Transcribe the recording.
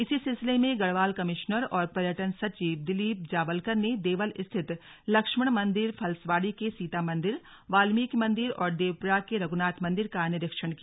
इसी सिलसिले में गढ़वाल कमिश्नर और पर्यटन सचिव दिलीप जावलकर ने देवल स्थित लक्ष्मण मंदिर फल्स्वाड़ी के सीता मंदिर वाल्मिकी मंदिर और देवप्रयाग के रघुनाथ मन्दिर का निरीक्षण किया